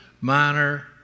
minor